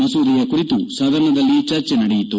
ಮಸೂದೆಯ ಕುರಿತು ಸದನದಲ್ಲಿ ಚರ್ಚೆ ನಡೆಯಿತು